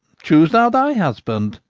choose thou thy husband,